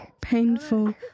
painful